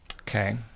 Okay